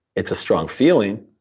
it's a strong feeling.